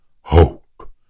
Hope